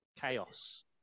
chaos